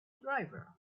driver